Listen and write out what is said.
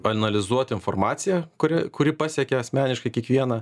paanalizuot informaciją kuri kuri pasiekė asmeniškai kiekvieną